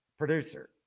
producer